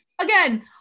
again